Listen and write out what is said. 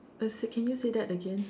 uh say can you say that again